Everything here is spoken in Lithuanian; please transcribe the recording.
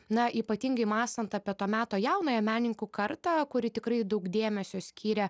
na ypatingai mąstant apie to meto jaunąją meninkų kartą kuri tikrai daug dėmesio skyrė